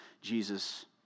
Jesus